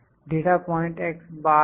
data point हैं